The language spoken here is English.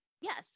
yes